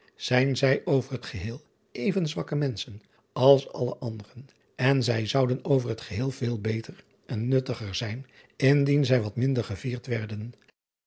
zijn zij over het geheel even zwakke menschen als alle anderen en zij zouden over het geheel veel beter e n nuttiger zijn in driaan oosjes zn et leven van illegonda uisman dien zij wat minder gevierd werden